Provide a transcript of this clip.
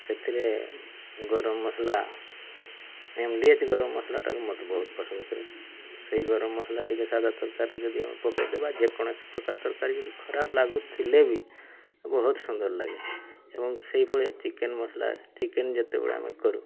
ସେଥିରେ ଗରମ ମସଲା ଏମ୍ ଡ଼ି ଏଚ୍ ଗରମ ମସଲାଟା ବି ମୋତେ ବହୁତ ପସନ୍ଦ କରେ ସେଇ ଗରମ ମସଲା ଟିକେ ସାଦା ତରକାରୀରେ ଯଦି ଆମେ ପକାଇଦବା ଯେକୌଣସି ପ୍ରକାର ତରକାରୀ ଯଦି ଖରାପ ଲାଗୁଥିଲେ ବି ବହୁତ ସୁନ୍ଦର ଲାଗେ ଏବଂ ସେଇଭଳିଆ ଚିକେନ୍ ମସଲା ଚିକେନ୍ ଯେତେବେଳେ ଆମେ କରୁ